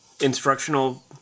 instructional